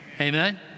Amen